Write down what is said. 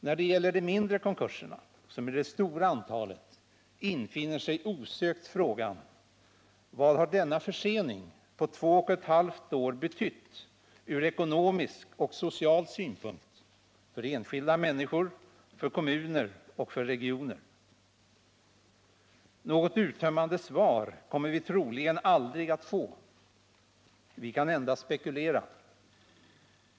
När det gäller de mindre konkurserna, som är det stora antalet, infinner sig osökt frågan: Vad har denna försening på 2,5 år betytt ur ekonomisk och social synpunkt för enskilda människor, för kommuner och för regioner? Något uttömmande svar kommer vi troligen aldrig att få. Vi kan endast spekulera.